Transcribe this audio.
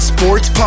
Sports